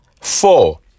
four